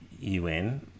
un